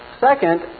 Second